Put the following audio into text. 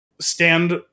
stand